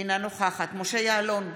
אינה נוכחת משה יעלון,